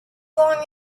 long